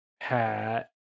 hat